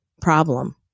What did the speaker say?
problem